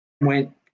went